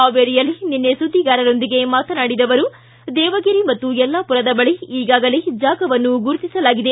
ಹಾವೇರಿಯಲ್ಲಿ ನಿನ್ನೆ ಸುದ್ದಿಗಾರರೊಂದಿಗೆ ಮಾತನಾಡಿದ ಅವರು ದೇವಗಿರಿ ಮತ್ತು ಯಲ್ಲಾಪುರದ ಬಳಿ ಈಗಾಗಲೇ ಜಾಗವನ್ನು ಗುರುತಿಸಲಾಗಿದೆ